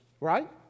right